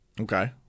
Okay